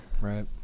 right